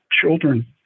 children